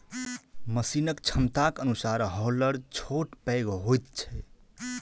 मशीनक क्षमताक अनुसार हौलर छोट पैघ होइत छै